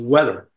Weather